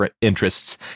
interests